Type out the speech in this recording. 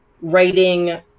writing